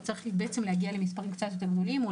צריך להגיע למספרים קצת יותר גדולים של מאומתים או